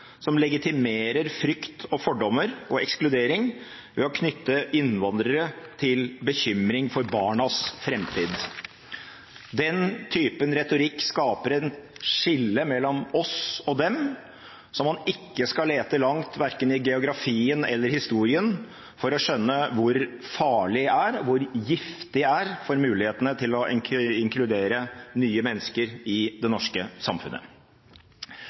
som legitimerer frykt, fordommer og ekskludering ved å knytte innvandrere til bekymring for barnas framtid. Den typen retorikk skaper et skille mellom oss og dem, som man verken skal lete langt borte eller langt tilbake, i geografien eller i historien, for å skjønne hvor farlig er, hvor giftig det er for mulighetene til å inkludere nye mennesker i det norske samfunnet.